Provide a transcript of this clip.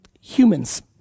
humans